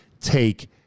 take